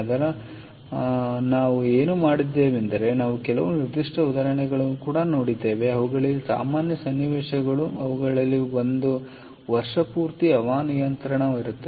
ಆದ್ದರಿಂದ ನಾವು ಏನು ಮಾಡಿದ್ದೇವೆಂದರೆ ನಾವು ಕೆಲವು ನಿರ್ದಿಷ್ಟ ಉದಾಹರಣೆಗಳನ್ನು ನೋಡಿದ್ದೇವೆ ಅವುಗಳಲ್ಲಿ ಸಾಮಾನ್ಯ ಸನ್ನಿವೇಶಗಳು ಅವುಗಳಲ್ಲಿ ಒಂದು ವರ್ಷಪೂರ್ತಿ ಹವಾನಿಯಂತ್ರಣ ಸರಿ